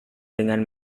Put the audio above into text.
dengan